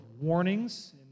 warnings